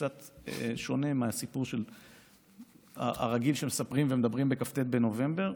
קצת שונה מהסיפור הרגיל שמספרים ומדברים בכ"ט בנובמבר: